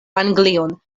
anglion